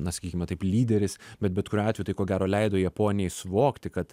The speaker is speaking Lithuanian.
na sakykime taip lyderis bet bet kuriuo atveju tai ko gero leido japonijai suvokti kad